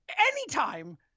anytime